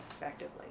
effectively